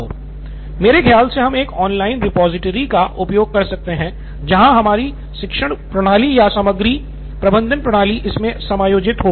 मेरे ख्याल से हम एक ऑनलाइन रिपॉजिटरी का उपयोग कर सकते हैं जहां हमारी शिक्षण प्रबंधन प्रणाली या सामग्री प्रबंधन प्रणाली इसमें समायोजित हो